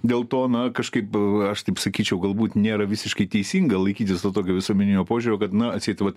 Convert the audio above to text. dėl to na kažkaip aš taip sakyčiau galbūt nėra visiškai teisinga laikytis to tokio visuomeninio požiūrio kad na atseit vat